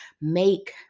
make